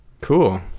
Cool